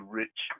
rich